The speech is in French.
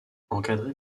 encadrés